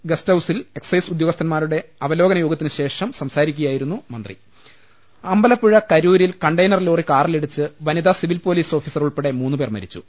guest ഹൌസിൽ excise ഉദ്യോഗസ്ഥരുടെ അവലോകന യോഗത്തിനു ശേഷം സംസാരിക്കു കയായിരുന്നു മന്ത്രി അമ്പലപ്പുഴ കരൂരിൽ കണ്ടെയ്നർ ലോറി കാറിലിടിച്ച് വനിത സിവിൽ പോലീസ് ഓഫീസർ ഉൾപ്പെടെ മൂന്ന് പേർ മരിച്ചു